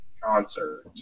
concert